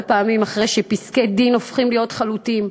פעמים אחרי שפסקי-דין הופכים להיות חלוטים.